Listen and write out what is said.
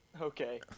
Okay